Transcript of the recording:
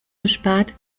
gespart